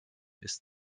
ist